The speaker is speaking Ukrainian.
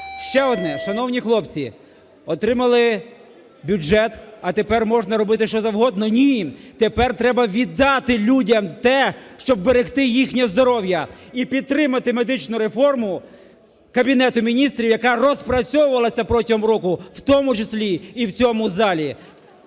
Ще одне, шановні хлопці, отримали бюджет, а тепер можна робити що завгодно? Ні, тепер треба віддати людям те, щоб вберегти їхнє здоров'я і підтримати медичну реформу Кабінету Міністрів, яка розпрацьовувалася протягом року, в тому числі і в цьому залі.